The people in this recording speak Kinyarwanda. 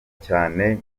cyane